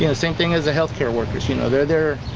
you know same thing is the health care workers, you know they're there.